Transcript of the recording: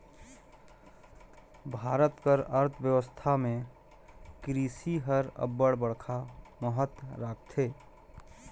भारत कर अर्थबेवस्था में किरसी हर अब्बड़ बड़खा महत राखथे